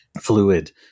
fluid